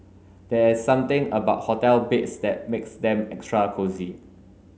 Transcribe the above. there's something about hotel beds that makes them extra cosy